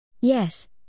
Yes